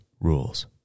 rules